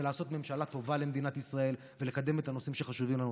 לעשות ממשלה טובה למדינת ישראל ולקדם את הנושאים שחשובים לנו.